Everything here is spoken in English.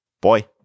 Boy